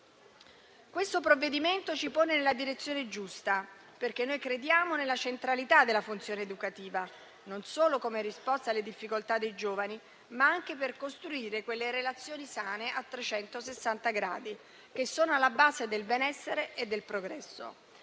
Questo provvedimento ci pone nella direzione giusta perché noi crediamo nella centralità della funzione educativa non solo come risposta alle difficoltà dei giovani, ma anche per costruire quelle relazioni sane a trecentosessanta gradi, che sono alla base del benessere e del progresso.